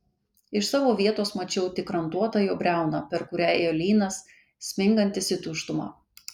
iš savo vietos mačiau tik rantuotą jo briauną per kurią ėjo lynas smingantis į tuštumą